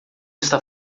está